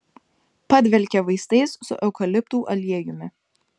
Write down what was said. padvelkė vaistais su eukaliptų aliejumi